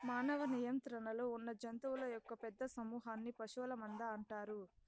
మానవ నియంత్రణలో ఉన్నజంతువుల యొక్క పెద్ద సమూహన్ని పశువుల మంద అంటారు